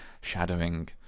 shadowing